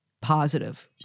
positive